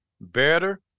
better